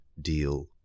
deal